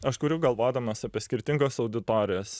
aš kuriu galvodamas apie skirtingas auditorijas